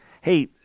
Hey